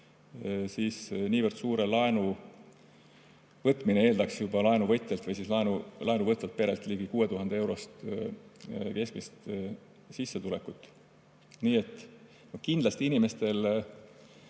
siis nii suure laenu võtmine eeldaks laenuvõtjalt või laenu võtvalt perelt ligi 6000-eurost keskmist sissetulekut. Nii et kindlasti inimestel